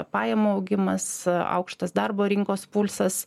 pajamų augimas aukštas darbo rinkos pulsas